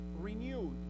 renewed